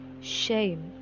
shame